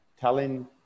telling